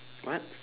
what